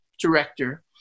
director